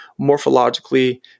morphologically